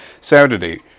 Saturday